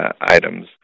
items